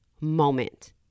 moment